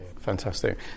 Fantastic